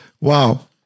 Wow